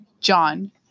John